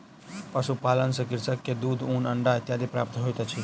पशुपालन सॅ कृषक के दूध, ऊन, अंडा इत्यादि प्राप्त होइत अछि